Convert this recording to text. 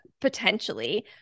potentially